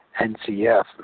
NCF